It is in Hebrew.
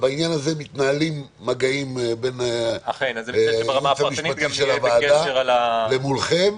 בעניין הזה מתנהלים מגעים בין הייעוץ המשפטי של הוועדה למולכם.